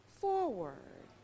forward